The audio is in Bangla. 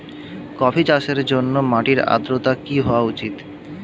কফি চাষের জন্য মাটির আর্দ্রতা কি হওয়া উচিৎ?